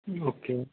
okay